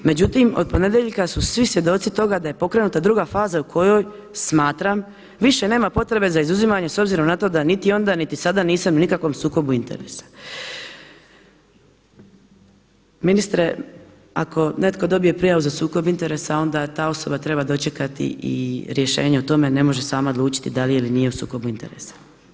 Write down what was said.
Međutim, od ponedjeljka su svi svjedoci toga da je pokrenuta druga faza u kojoj smatram više nema potrebe za izuzimanje s obzirom na to da niti onda, niti sada nisam u nikakvom sukobu interesa.“ Ministre, ako netko dobije prijavu za sukob interesa onda ta osoba treba dočekati i rješenje o tome, ne može sama odlučiti da li je ili nije u sukobu interesa.